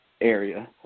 area